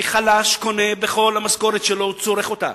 כי חלש קונה בכל המשכורת שלו, הוא צורך את כולה.